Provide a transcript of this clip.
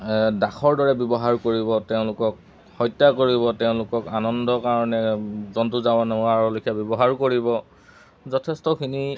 দাসৰ দৰে ব্যৱহাৰ কৰিব তেওঁলোকক হত্যা কৰিব তেওঁলোকক আনন্দৰ কাৰণে জন্তু জানোৱাৰৰ লেখীয়া ব্যৱহাৰো কৰিব যথেষ্টখিনি